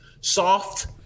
soft